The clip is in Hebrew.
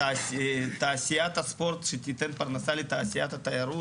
תעשיית הספורט תיתן פרנסה לתעשיית התיירות,